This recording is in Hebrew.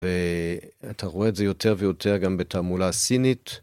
ואתה רואה את זה יותר ויותר, גם בתעמולה הסינית.